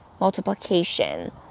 multiplication